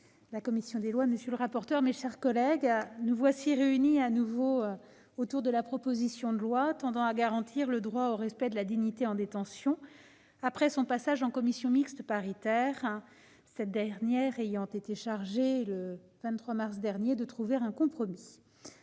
le président, monsieur le garde des sceaux, mes chers collègues, nous voici réunis à nouveau autour de la proposition de loi tendant à garantir le droit au respect de la dignité en détention après son passage en commission mixte paritaire, chargée, le 23 mars dernier, de trouver un compromis.